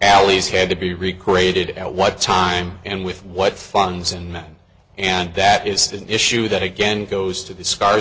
alys had to be recreated at what time and with what funds and men and that is an issue that again goes to the scars